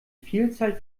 vielzahl